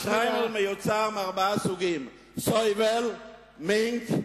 השטריימל מיוצר מארבעה סוגים: צובל, מינק,